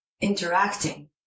interacting